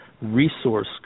resource